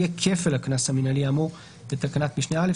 יהיה כפל הקנס המינהלי האמור בתקנת משנה (א).